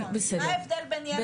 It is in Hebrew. מה ההבדל בין ילד לילד?